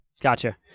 gotcha